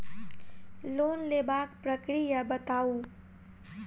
Loan लेबाक प्रक्रिया बताऊ?